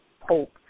hope